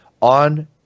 on